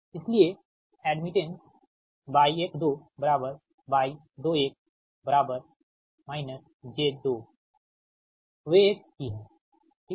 इसलिएएड्मिटेंस y12y21 j2 वे एक ही हैं ठीक है